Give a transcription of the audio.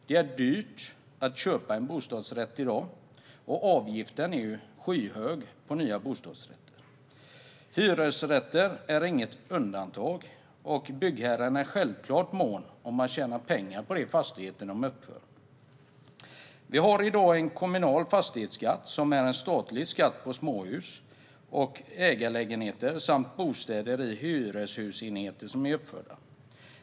Det är dyrt att köpa en bostadsrätt i dag, och avgiften är skyhög på nya bostadsrätter. Hyresrätter är inget undantag. Byggherrarna är självklart måna om att tjäna pengar på de fastigheter som de uppför. Vi har i dag en kommunal fastighetsskatt som är en statlig skatt på småhus, ägarlägenheter och bostäder i hyreshusenheter.